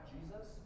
Jesus